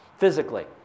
Physically